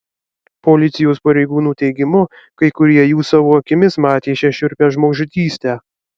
policijos pareigūnų teigimu kai kurie jų savo akimis matė šią šiurpią žmogžudystę